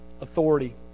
authority